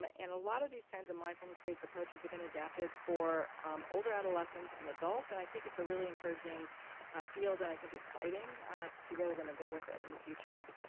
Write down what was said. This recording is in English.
um and a lot of these kinds of mindfulness based approaches have been adapted for older adolescents and adults and i think it's a really encouraging field and i think exciting to see where we're going to go with it in the future.